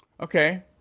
Okay